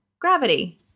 Gravity